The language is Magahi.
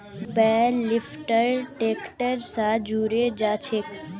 बेल लिफ्टर ट्रैक्टर स जुड़े जाछेक